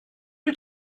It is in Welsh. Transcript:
wyt